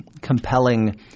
compelling